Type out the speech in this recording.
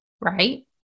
right